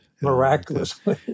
Miraculously